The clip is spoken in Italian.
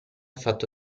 fatto